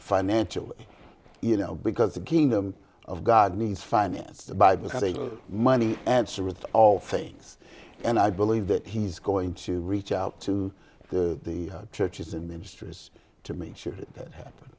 financially you know because the kingdom of god needs financed by the same money answer with all things and i believe that he's going to reach out to the churches and ministries to make sure that